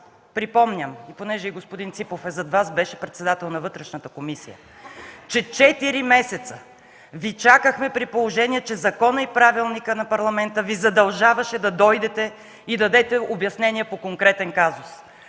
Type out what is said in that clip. Припомням, понеже господин Ципов е зад Вас, а беше председател на Вътрешната комисия – че четири месеца Ви чакахме, при положение че законът и правилникът на Парламента Ви задължаваше да дойдете и да дадете обяснение по конкретен казус.